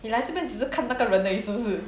你来这边只是看那个人而已是不是